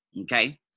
okay